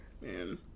Man